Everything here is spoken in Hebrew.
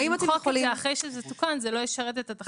למחוק את זה אחרי שזה תוקן, זה לא ישרת את התכלית.